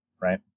right